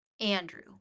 andrew